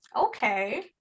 okay